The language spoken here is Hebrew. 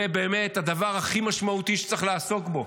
זה באמת הדבר הכי משמעותי שצריך לעסוק בו.